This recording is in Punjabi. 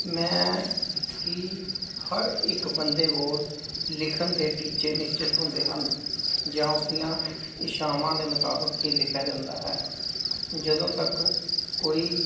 ਮੈਂ ਕੀ ਹਰ ਇੱਕ ਬੰਦੇ ਕੋਲ ਲਿਖਣ ਦੇ ਟੀਚੇ ਨਿਸ਼ਚਿਤ ਹੁੰਦੇ ਹਨ ਜਾਂ ਉਸ ਦੀਆਂ ਇੱਛਾਵਾਂ ਦੇ ਮੁਤਾਬਕ ਹੀ ਲਿਖਿਆ ਜਾਂਦਾ ਹੈ ਜਦੋਂ ਤੱਕ ਕੋਈ